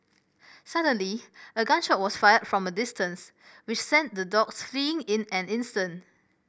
suddenly a gun shot was fired from a distance which sent the dogs fleeing in an instant